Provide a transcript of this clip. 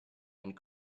and